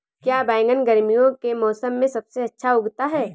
क्या बैगन गर्मियों के मौसम में सबसे अच्छा उगता है?